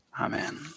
Amen